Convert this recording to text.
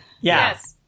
Yes